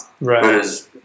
Right